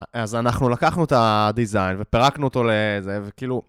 אז אנחנו לקחנו את הדיזיין, ופרקנו אותו לזה, וכאילו...